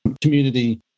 community